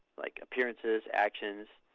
like appearances, actions,